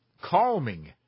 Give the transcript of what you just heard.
Calming